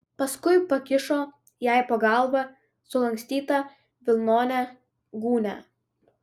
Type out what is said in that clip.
paskui pakišo jai po galva sulankstytą vilnonę gūnią